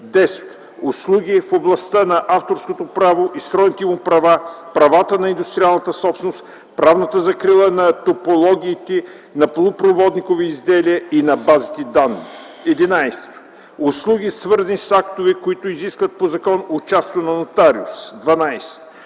10. услуги в областта на авторското право и сродните му права, правата на индустриалната собственост, правната закрила на топологиите на полупроводникови изделия и на базите данни; 11. услуги, свързани с актове, които изискват по закон участието на нотариус; 12.